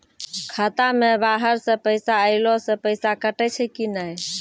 खाता मे बाहर से पैसा ऐलो से पैसा कटै छै कि नै?